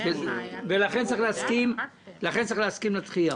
ולכן צריך להסכים לדחייה.